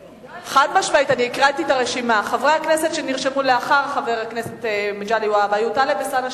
הכנסת שנרשמו לאחר חבר הכנסת מגלי והבה הם טלב אלסאנע,